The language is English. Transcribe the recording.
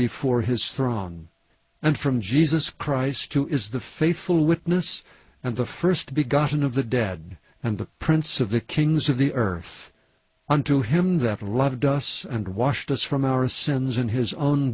before his throne and from jesus christ to is the faithful witness and the first be gotten of the dead and the prince of the kings of the earth unto him that loved us and washed us from our sins in his own